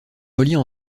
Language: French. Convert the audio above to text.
reliées